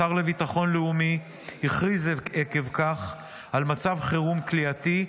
השר לביטחון לאומי הכריז עקב כך על מצב חירום כליאתי,